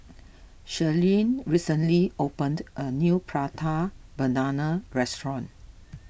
Sherilyn recently opened a new Prata Banana restaurant